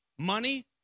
money